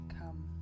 come